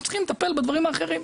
עכשיו צריך לטפל בדברים האחרים.